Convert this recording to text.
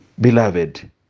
Beloved